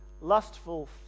lustful